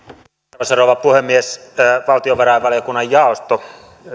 arvoisa rouva puhemies valtiovarainvaliokunnan jaosto